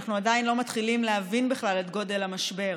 אנחנו עדיין לא מתחילים להבין בכלל את גודל המשבר,